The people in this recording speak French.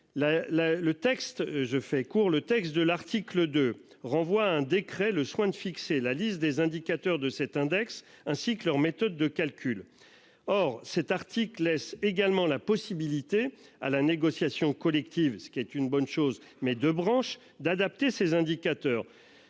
le texte de l'article 2 renvoie à un décret le soin de fixer la liste des indicateurs de cet index ainsi que leur méthode de calcul. Or cet article laisse également la possibilité à la négociation collective. Ce qui est une bonne chose mais de branches d'adapter ces indicateurs.